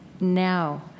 now